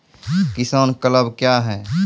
किसान क्लब क्या हैं?